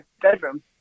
bedroom